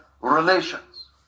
relations